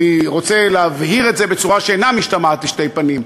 אני רוצה להבהיר את זה בצורה שאינה משתמעת לשתי פנים,